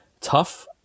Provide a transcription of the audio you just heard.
tough